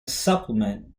supplement